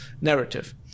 narrative